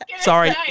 sorry